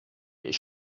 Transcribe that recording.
ich